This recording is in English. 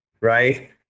right